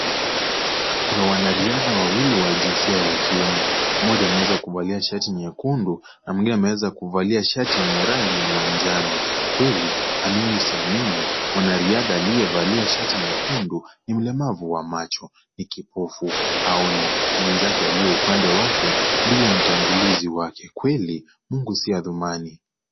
Kina wanariadha wawili wa jinsia ya kiume mmoja ameweza kuvalia shati nyekundu na mwingine ameweza kuvalia shati yenye rangi ya manjano kweli amini usiamini mwanariadha aliyevalia shati nyekundu ni mlemavu wa macho ni kipofu haoni mwenzake aliyeupande wake ndiye mtangulizi wake kweli mungi si adhumani.